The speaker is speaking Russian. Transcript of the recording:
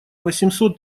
восемьсот